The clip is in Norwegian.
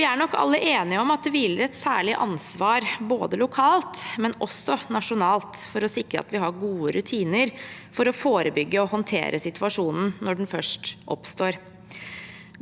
vi er nok alle enige om at det hviler et særlig ansvar både lokalt og nasjonalt for å sikre at vi har gode rutiner for å forebygge og håndtere situasjonen når den først oppstår.